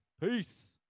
Peace